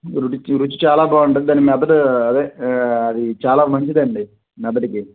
రుచి చాలా బాగుంటుంది దాన్ని మెదడు అదే అది చాలా మంచిది అండి మెదడుకి